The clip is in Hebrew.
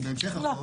בהמשך החוק --- לא.